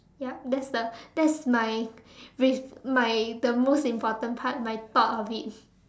yup that's the that's mine with mine the most important part my thought of it